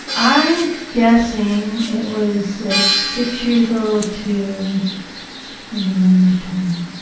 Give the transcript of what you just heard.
i'm guessing it was like six years old to maybe nine or ten.